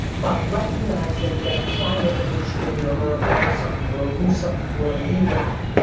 by recognizing that trying a gewurtztraminer or a marson or a russon or a lirac,